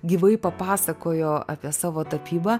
gyvai papasakojo apie savo tapybą